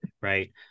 right